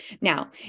Now